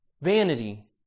vanity